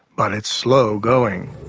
but it's slow going.